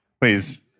Please